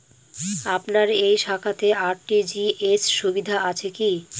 আপনার এই শাখাতে আর.টি.জি.এস সুবিধা আছে কি?